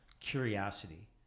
curiosity